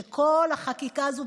שכל החקיקה הזאת,